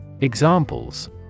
Examples